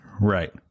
Right